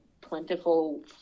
plentiful